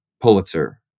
Pulitzer